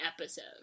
episode